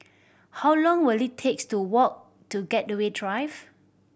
how long will it takes to walk to Gateway Drive